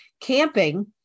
camping